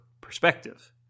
perspective